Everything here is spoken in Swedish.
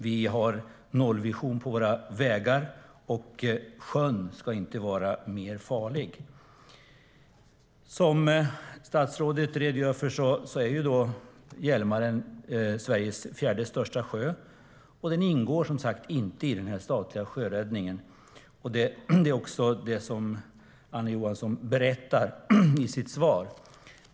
Vi har en nollvision för våra vägar, och sjön ska inte vara mer farlig. Precis som statsrådet redogör är Hjälmaren Sveriges fjärde största sjö, och den ingår inte i den statliga sjöräddningen. Det är vad Anna Johansson berättade i sitt svar.